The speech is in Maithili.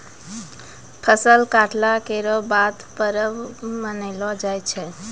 फसल कटला केरो बाद परब मनैलो जाय छै